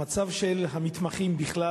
המצב של המתמחים בכלל